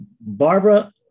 barbara